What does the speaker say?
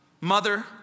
mother